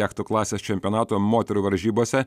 jachtų klasės čempionato moterų varžybose